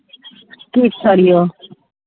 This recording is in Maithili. किछु छोड़ियौ